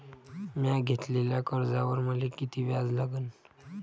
म्या घेतलेल्या कर्जावर मले किती व्याज लागन?